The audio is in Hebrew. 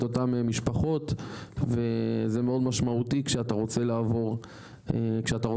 אותן משפחות וזה מאוד משמעותי כשאתה רוצה לעבור ואתה